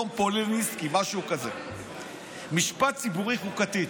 משפט ציבורי חוקתי.